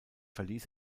verließ